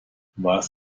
was